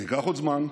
זה ייקח עוד זמן,